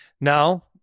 now